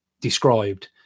described